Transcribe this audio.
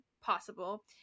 possible